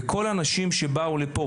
וכל האנשים שבאו לפה,